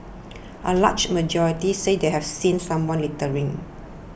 a large majority said they have seen someone littering